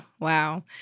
Wow